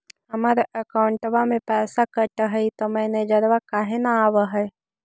हमर अकौंटवा से पैसा कट हई त मैसेजवा काहे न आव है?